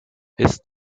ist